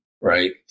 right